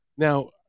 Now